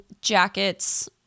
jackets